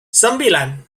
sembilan